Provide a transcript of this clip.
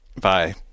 bye